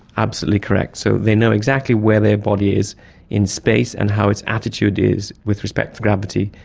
absolutely correct, so they know exactly where their body is in space and how its attitude is with respect to gravity,